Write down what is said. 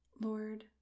Lord